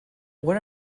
what